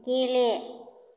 गेले